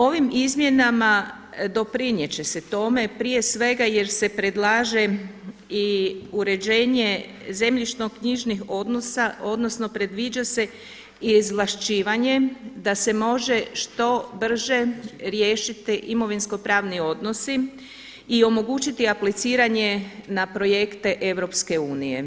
Ovim izmjenama doprinijet će se tome prije sveg jer se predlaže i uređenje zemljišno-knjižnih odnosa, odnosno predviđa se i izvlašćivanje da se može što brže riješiti imovinsko-pravni odnosi i omogućiti apliciranje na projekte EU.